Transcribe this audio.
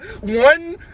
one